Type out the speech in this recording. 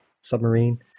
submarine